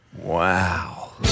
Wow